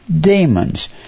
demons